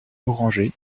orangé